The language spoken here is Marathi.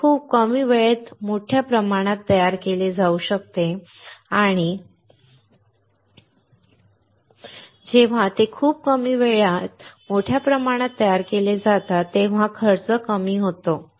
हे खूप कमी वेळेत मोठ्या प्रमाणात तयार केले जाऊ शकते आणि जेव्हा ते खूप कमी वेळेत मोठ्या प्रमाणात तयार केले जातात तेव्हा कमी खर्च येतो